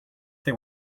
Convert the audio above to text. they